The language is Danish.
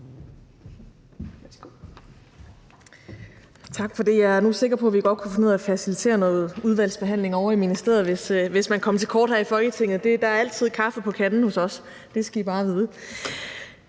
Tak for det. Jeg er nu sikker på, at vi godt kunne finde ud af at facilitere noget udvalgsbehandling ovre i ministeriet, hvis man kom til kort her i Folketinget. Der er altid kaffe på kanden hos os. Det skal I bare vide.